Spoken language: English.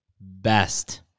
best